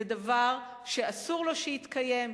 זה דבר שאסור לו שיתקיים.